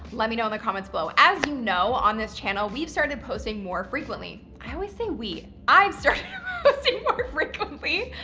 let me know in the comments below. as you know, on this channel, we've started posting more frequently. i always say we. i've started but seeing more frequently.